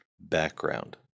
background